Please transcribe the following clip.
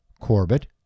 Corbett